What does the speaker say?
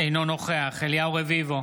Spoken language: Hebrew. אינו נוכח אליהו רביבו,